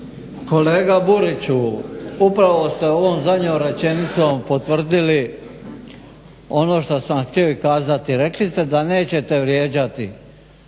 Kolega Buriću upravo ste ovom zadnjom rečenicom potvrdili ono što sam vam htio kazati, rekli ste da nećete vrijeđati.